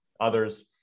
others